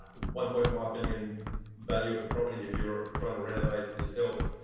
one point five million value of the property if you're trying to renovate yourself.